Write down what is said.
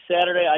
Saturday